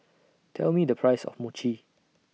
Tell Me The Price of Mochi